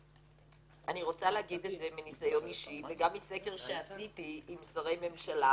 אני רוצה להגיד מניסיון אישי וגם מסקר שעשיתי עם שרי ממשלה,